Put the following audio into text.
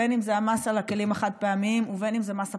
בין שזה המס על הכלים החד-פעמיים ובין שזה מס הפחמן,